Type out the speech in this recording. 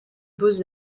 beaux